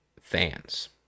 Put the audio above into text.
fans